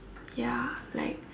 ya like